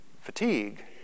fatigue